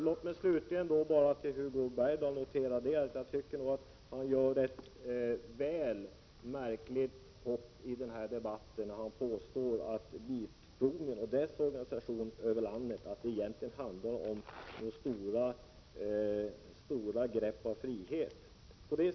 Låt mig slutligen bara notera att jag tycker att Hugo Bergdahl gör ett väl märkligt hopp i denna debatt när han påstår att frågorna om bilprovningen och dess organisation över landet egentligen handlar om stora grepp av frihet.